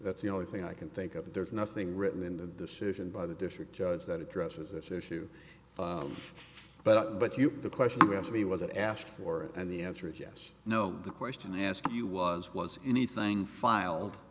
that's the only thing i can think of that there's nothing written in the decision by the district judge that addresses this issue but but you the question you asked me was it asks for it and the answer is yes no the question i asked you was was anything filed